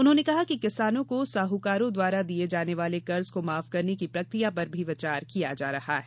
उन्होंने कहा कि किसानों को साहकारों द्वारा दिये जाने वाले कर्ज को माफ करने की प्रक्रिया पर भी विचार किया जा रहा है